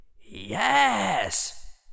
Yes